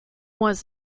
was